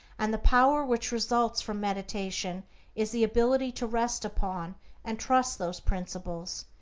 and the power which results from meditation is the ability to rest upon and trust those principles,